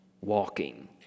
walking